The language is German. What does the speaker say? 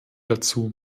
dazu